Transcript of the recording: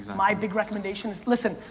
my big recommendation is, listen,